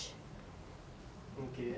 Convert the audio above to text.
Parappana you want to